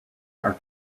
are